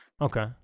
Okay